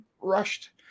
rushed